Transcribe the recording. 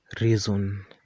reason